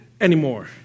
anymore